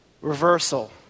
reversal